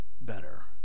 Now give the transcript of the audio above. better